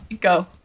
go